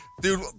Dude